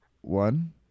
one